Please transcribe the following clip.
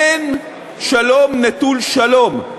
אין שלום נטול שלום.